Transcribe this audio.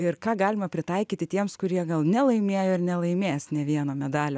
ir ką galima pritaikyti tiems kurie gal nelaimėjo ir nelaimės nė vieno medalio